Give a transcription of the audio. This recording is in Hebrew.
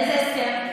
איזה הסכם?